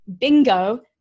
bingo